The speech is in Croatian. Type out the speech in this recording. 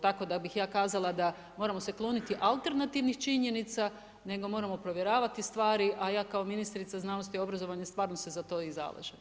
Tako da bih ja kazala da moramo se klonuti alternativnih činjenica nego moramo provjeravati stvari a ja kao ministrica znanosti i obrazovanja, stvarno se za to i zalažem.